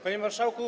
Panie Marszałku!